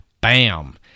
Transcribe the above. bam